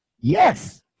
Yes